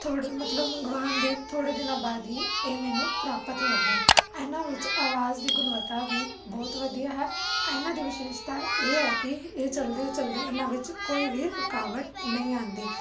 ਥੋੜ੍ਹਾ ਮਤਲਬ ਮੰਗਵਾਉਣ ਦੇ ਥੋੜ੍ਹੇ ਦਿਨਾਂ ਬਾਅਦ ਹੀ ਇਹ ਮੈਨੂੰ ਪ੍ਰਾਪਤ ਹੋ ਗਏ ਇਹਨਾਂ ਵਿੱਚ ਆਵਾਜ਼ ਦੀ ਗੁਣਵੱਤਾ ਵੀ ਬਹੁਤ ਵਧੀਆ ਹੈ ਇਹਨਾਂ ਦੀ ਵਿਸ਼ੇਸ਼ਤਾ ਇਹ ਹੈ ਕਿ ਇਹ ਚਲਦੇ ਚਲਦੇ ਇਹਨਾਂ ਵਿੱਚ ਕੋਈ ਵੀ ਰੁਕਾਵਟ ਨਹੀਂ ਆਉਂਦੀ